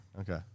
Okay